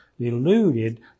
deluded